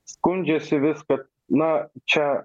skundžiasi vis kad na čia